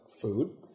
food